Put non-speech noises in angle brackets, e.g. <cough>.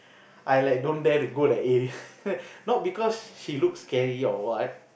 I like don't dare to go that area <laughs> not because she look scary or what